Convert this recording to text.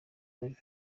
rev